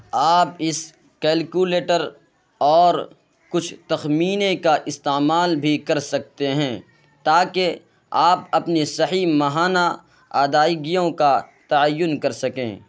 آپ اس کیلکولیٹر اور کچھ تخمینے کا استعمال بھی کر سکتے ہیں تاکہ آپ اپنی صحیح ماہانہ ادائیگیوں کا تعین کر سکیں